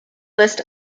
list